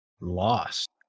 lost